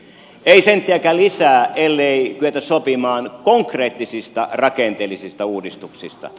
ei senttiäkään lisää ellei kyetä sopimaan konkreettisista rakenteellisista uudistuksista